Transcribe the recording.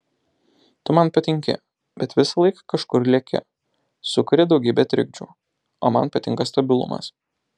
tu man patinki bet visąlaik kažkur leki sukuri daugybę trikdžių o man patinka stabilumas